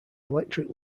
electric